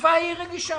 חיפה היא עיר רגישה.